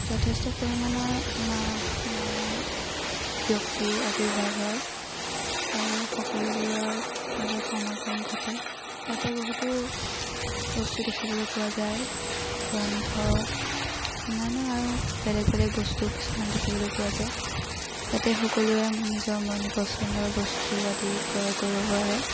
যথেষ্ট পৰিমাণৰ মা মানে ব্যক্তিৰ আৱিৰ্ভাৱ হয় আৰু সকলোবোৰৰ মাজত সমাগম ঘটে ইয়াতে বহুতো বস্তু দেখিবলৈ পোৱা যায় গ্ৰন্থ অন্যান্য আৰু বেলেগ বেলেগ বস্তু কিছুমান দেখিবলৈ পোৱা যায় তাতে সকলোৱে নিজৰ মন পচন্দৰ বস্তু আদি ক্ৰয় কৰিব পাৰে